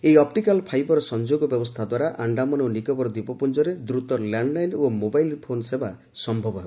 ଏହି optical fibre ସଂଯୋଗ ବ୍ୟବସ୍ଥା ଦ୍ୱାରା ଆଣ୍ଡାମାନ ଓ ନିକୋବର ଦ୍ୱୀପପୁଞ୍ଜରେ ଦ୍ରୁତ ଲ୍ୟାଣ୍ଡଲାଇନ୍ ଓ ମୋବାଇଲ୍ ଫୋନ୍ ସେବା ସମ୍ଭବ ହେବ